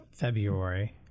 February